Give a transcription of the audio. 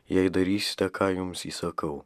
jei darysite ką jums įsakau